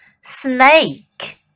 snake